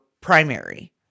primary